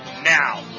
Now